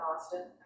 austin